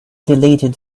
deleted